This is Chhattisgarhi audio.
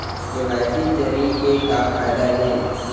के.वाई.सी जरिए के का फायदा हे?